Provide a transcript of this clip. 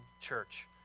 church